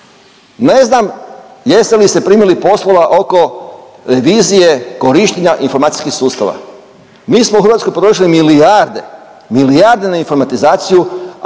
Ne znam jeste li se primili poslova oko revizije korištenja informacijskih sustava. Mi smo u Hrvatskoj potrošili milijarde, milijarde na informatizaciju,